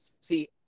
See